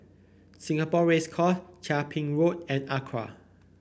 Singapore Race Course Chia Ping Road and ACRA